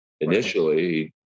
initially